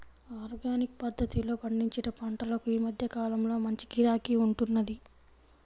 organic పద్ధతిలో పండించిన పంటలకు ఈ మధ్య కాలంలో మంచి గిరాకీ ఉంటున్నది